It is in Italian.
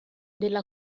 della